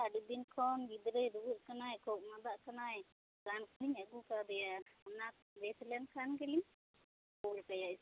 ᱱᱚᱜ ᱚᱝᱠᱟ ᱟᱹᱰᱤ ᱫᱤᱱ ᱠᱷᱚᱱ ᱜᱤᱫᱽᱨᱟᱹᱭ ᱨᱩᱭᱟᱜ ᱠᱟᱱᱟᱭ ᱠᱷᱳᱜ ᱢᱟᱫᱟᱜ ᱠᱟᱱᱟᱭ ᱨᱟᱱ ᱠᱚᱫᱚᱧ ᱟᱹᱜᱩ ᱠᱟᱫᱮᱭᱟ ᱚᱱᱟ ᱵᱮᱥ ᱞᱮᱱ ᱠᱷᱟᱱ ᱜᱮᱞᱤᱧ ᱠᱳᱞ ᱠᱟᱭᱟ ᱥᱠᱩᱞ